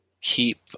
keep